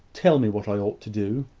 tell me what i ought to do!